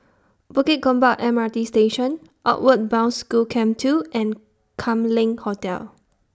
Bukit Gombak M R T Station Outward Bound School Camp two and Kam Leng Hotel